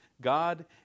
God